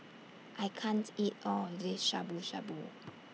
I can't eat All of This Shabu Shabu